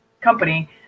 company